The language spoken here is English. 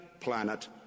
planet